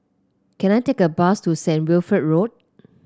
can I take a bus to Saint Wilfred Road